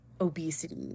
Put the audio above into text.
obesity